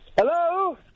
Hello